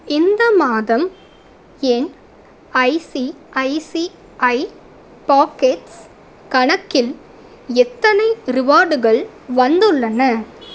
இந்த மாதம் என் ஐசிஐசிஐ பாக்கெட்ஸ் கணக்கில் எத்தனை ரிவார்டுகள் வந்துள்ளன